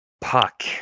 puck